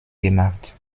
gemacht